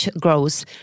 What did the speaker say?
grows